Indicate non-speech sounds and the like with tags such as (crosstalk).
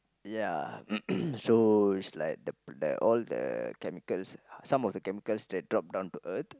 yeah (noise) so it's like the all the chemicals some of the chemicals that drop down to Earth